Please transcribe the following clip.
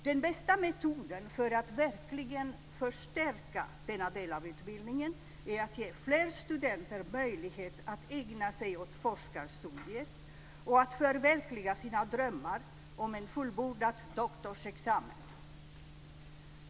Den bästa metoden att verkligen förstärka denna del av utbildningen är att ge fler studenter möjlighet att ägna sig åt forskarstudier och att förverkliga sina drömmar om en fullbordad doktorsexamen.